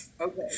okay